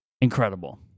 Incredible